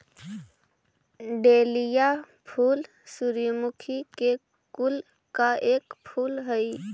dahlia फूल सूर्यमुखी के कुल का एक फूल हई